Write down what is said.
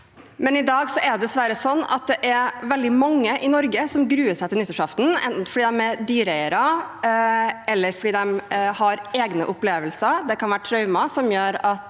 mange i Norge som gruer seg til nyttårsaften, enten fordi de er dyreeiere, eller fordi de har egne opplevelser. Det kan være traumer som gjør at